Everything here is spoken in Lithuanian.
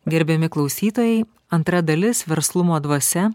gerbiami klausytojai antra dalis verslumo dvasia